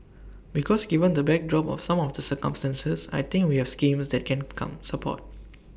because given the backdrop of some of the circumstances I think we have schemes that can come support